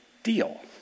deal